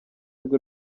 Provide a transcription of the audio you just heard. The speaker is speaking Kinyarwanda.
rwe